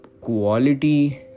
quality